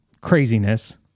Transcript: craziness